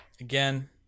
again